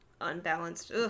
unbalanced